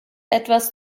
etwas